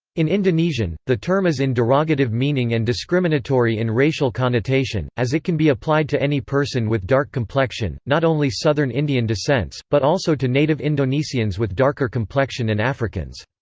in indonesian, the term is in derogative meaning and discriminatory in racial connotation, as it can be applied to any person with dark complexion, not only southern indian descents, but also to native indonesians with darker complexion and africans.